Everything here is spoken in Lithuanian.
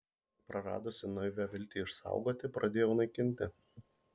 praradusi naivią viltį išsaugoti pradėjau naikinti